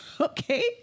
Okay